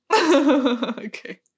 Okay